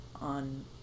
on